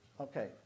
Okay